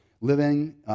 living